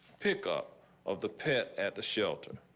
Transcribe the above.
pick up of the pit at the shelter.